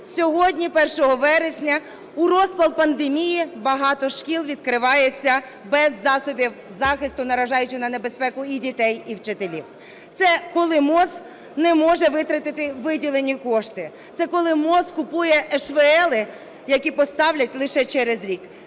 сьогодні 1 вересня у розпал пандемії багато шкіл відкривається без засобів захисту, наражаючи на небезпеку і дітей, і вчителів. Це коли МОЗ не може витратити виділені кошти, це коли МОЗ купує ШВЛ, які поставлять лише через рік.